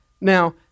Now